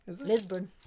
Lisbon